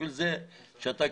לכן שתקתי.